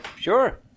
Sure